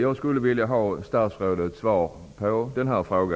Jag skulle vilja att statsrådet kommenterar detta.